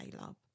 love